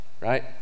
Right